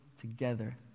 together